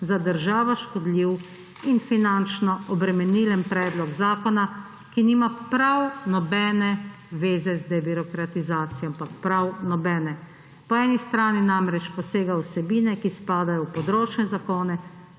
za državo škodljiv in finančno obremenilen predlog zakona, ki nima prav nobene zveze z debirokratizacijo, ampak prav nobene. Po eni strani posega v vsebine, ki spadajo v področne zakone,